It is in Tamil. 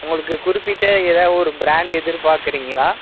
உங்களுக்கு குறிப்பிட்ட ஏதா ஒரு ப்ராண்ட் எதிர்பார்க்கறிங்களா